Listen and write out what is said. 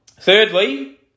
Thirdly